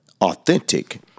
Authentic